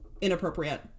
inappropriate